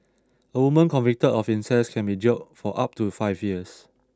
a woman convicted of incest can be jailed for up to five years